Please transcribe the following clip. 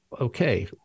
okay